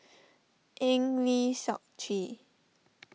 Eng Lee Seok Chee